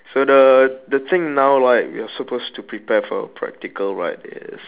so the the thing now like we are supposed to prepare for a practical right is